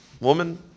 woman